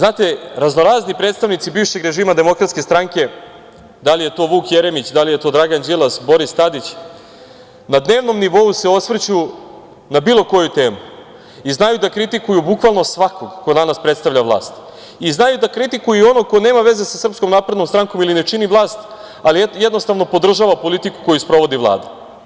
Raznorazni predstavnici bivšeg režima DS, da li je to Vuk Jeremić, da li je to Dragan Đilas, Boris Tadić, na dnevnom nivou se osvrću na bilo koju temu i znaju da kritikuju bukvalno svakog ko danas predstavlja vlast i znaju da kritikuju i onog ko nema veze sa SNS i ne čini vlast, ali jednostavno podržava politiku koju sprovodi Vlada.